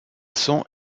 sont